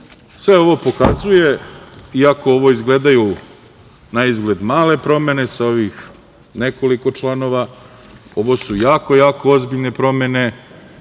ovo pokazuje, iako ovo izgledaju naizgled male promene, sa ovih nekoliko članova, ovo su jako, jako ozbiljne promene,